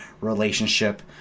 relationship